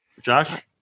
Josh